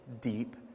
deep